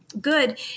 good